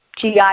GI